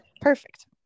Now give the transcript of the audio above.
Perfect